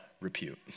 repute